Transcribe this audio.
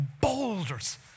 boulders